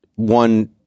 one